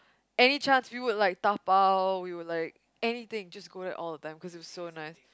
any chance we would like dabao we would like anything just go there all the time because it was so nice